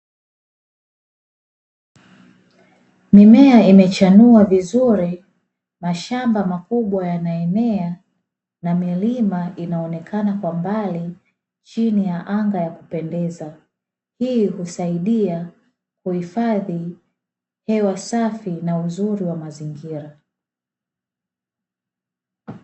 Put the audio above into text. Mimea imechanua vizuri, mashamba makubwa yanaenea na milima inaonekana kwa mbali chini ya anga la kupendeza. Hii husaidia kuhifadhi hewa safi na uzuri wa mazingira.